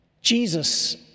Jesus